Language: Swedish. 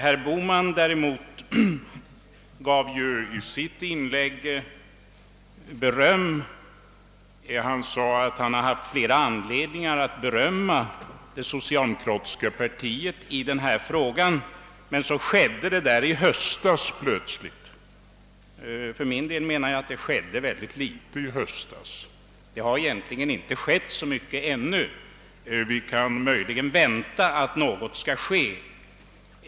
Herr Bohman däremot berömde i sitt inlägg socialdemokraterna och sade att han hade haft flera anledningar härtill i denna fråga, men så framlade socialdemokraterna plötsligt det där förslaget i höstas. För min del menar jag att det hände mycket litet i höstas och att det egentligen inte har ägt rum så mycket ännu. Möjligen kan vi förvänta oss att någonting skall ske.